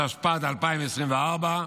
התשפ"ד 2024,